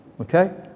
okay